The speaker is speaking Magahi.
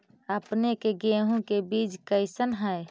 अपने के गेहूं के बीज कैसन है?